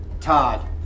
Todd